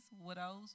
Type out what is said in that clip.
widows